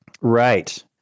Right